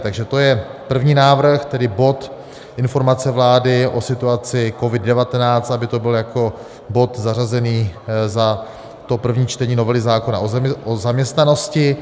Takže to je první návrh, tedy bod Informace vlády o situaci COVID19, aby to bylo jako bod zařazený za to první čtení novely zákona o zaměstnanosti.